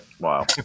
Wow